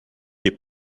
est